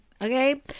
Okay